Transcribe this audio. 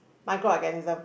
micro organism